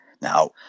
Now